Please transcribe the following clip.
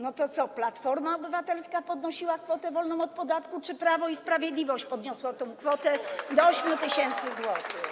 No to co, Platforma Obywatelska podnosiła kwotę wolną od podatku czy Prawo i Sprawiedliwość podniosło tę kwotę do 8 tys. zł?